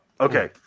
Okay